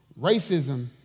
Racism